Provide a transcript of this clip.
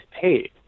paid